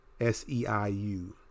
SEIU